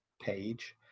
page